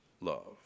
love